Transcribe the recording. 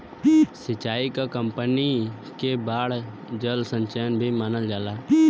सिंचाई क पानी के बाढ़ जल संचयन भी मानल जाला